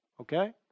Okay